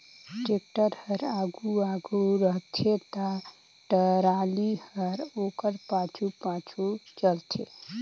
tractor हर आघु आघु रहथे ता टराली हर ओकर पाछू पाछु चलथे